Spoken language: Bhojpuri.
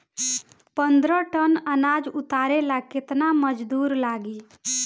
पन्द्रह टन अनाज उतारे ला केतना मजदूर लागी?